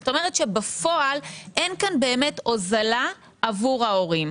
כלומר בפועל אין פה באמת הוזלה עבור ההורים.